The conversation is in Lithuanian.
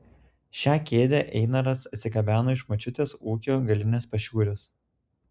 šią kėdę einaras atsigabeno iš močiutės ūkio galinės pašiūrės